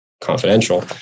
confidential